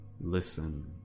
Listen